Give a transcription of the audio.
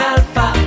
Alpha